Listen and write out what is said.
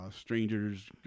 strangers